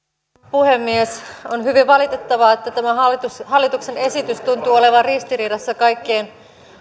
puhemies on hyvin valitettavaa että tämä hallituksen esitys tuntuu olevan ristiriidassa kaikkien